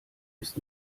ist